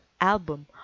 album